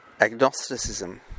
agnosticism